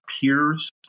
peers